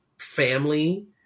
family